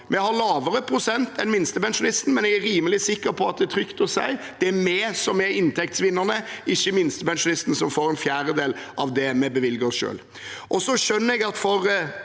Vi har lavere prosent enn minstepensjonisten, men jeg er rimelig sikker på at det er trygt å si at det er vi som er inntektsvinnerne, ikke minstepensjonisten, som får en fjerdedel av det vi bevilger oss selv. Jeg skjønner at for